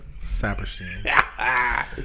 Saperstein